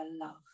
love